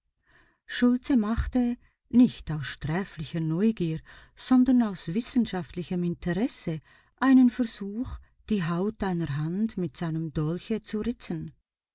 schultze machte nicht aus sträflicher neugier sondern aus wissenschaftlichem interesse einen versuch die haut einer hand mit seinem dolche zu ritzen